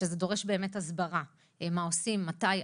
שזה דורש באמת הסברה: מה עושים ומתי.